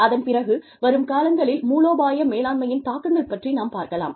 அதன் பிறகு வரும் காலங்களில் மூலோபாய மேலாண்மையின் தாக்கங்கள் பற்றி நாம் பார்க்கலாம்